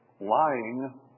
lying